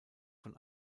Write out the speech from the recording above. von